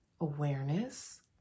awareness